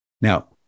Now